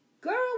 Girl